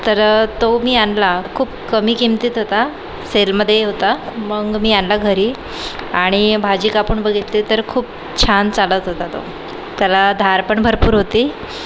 तर तो मी आणला खूप कमी किंमतीत होता सेलमधे होता मग मी आणला घरी आणि भाजी कापून बघितली तर खूप छान चालत होता तो त्याला धार पण भरपूर होती